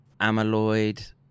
amyloid